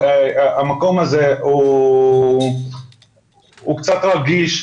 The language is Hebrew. אבל המקום הזה הוא קצת רגיש,